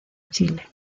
chile